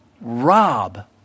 rob